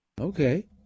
Okay